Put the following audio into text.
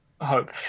hope